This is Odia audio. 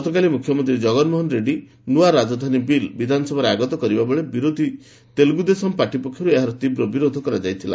ଗତକାଲି ମୁଖ୍ୟମନ୍ତ୍ରୀ ଜଗନମୋହନ ରେଡ୍ଜୀ ନୂଆ ରାଜଧାନୀ ବିଲ୍ ବିଧାନସଭାରେ ଆଗତ କରିବା ବେଳେ ବିରୋଧୀ ତେଲ୍ରଗ୍ରଦେଶମ ପାର୍ଟି ପକ୍ଷରୁ ଏହାର ତୀବ୍ର ବିରୋଧ କରାଯାଇଥିଲା